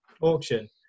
Auction